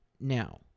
Now